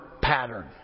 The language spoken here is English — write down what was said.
pattern